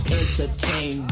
entertain